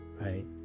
right